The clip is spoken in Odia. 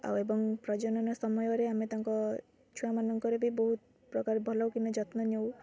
ଆଉ ଏବଂ ପ୍ରଜନନ ସମୟରେ ଆମେ ତାଙ୍କ ଛୁଆମାନଙ୍କର ବି ବହୁତ ପ୍ରକାର ଭଲ କିନା ଯତ୍ନ ନେଉ